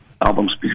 albums